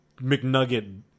McNugget